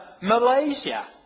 Malaysia